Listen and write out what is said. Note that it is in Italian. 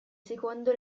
secondo